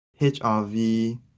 HRV